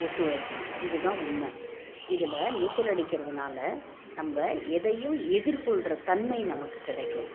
ஒத்துழைக்கும் இதுதான் உண்மை இதில் நீச்சல் அடிக்கிறதுனால நம்ப எதையும் எதிர்கொள்கிற தன்மை நமக்கு கிடைக்கும்